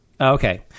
Okay